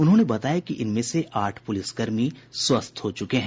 उन्होंने बताया कि इनमें से आठ पुलिसकर्मी स्वस्थ्य हो चुके है